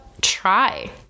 try